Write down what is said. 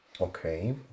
Okay